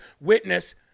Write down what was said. witness